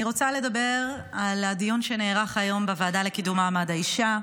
אני רוצה לדבר על הדיון שנערך היום בוועדה לקידום מעמד האישה.